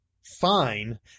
fine